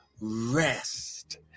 Rest